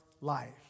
life